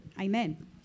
Amen